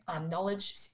knowledge